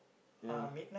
ya